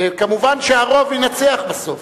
ומובן שבדמוקרטיה הרוב ינצח בסוף.